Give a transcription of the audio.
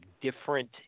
different